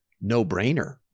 No-brainer